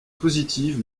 positive